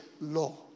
law